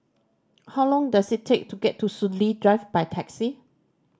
how long does it take to get to Soon Lee Drive by taxi